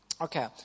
Okay